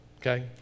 okay